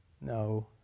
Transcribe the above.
no